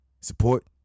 Support